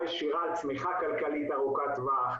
ישירה על צמיחה כלכלית ארוכת טווח,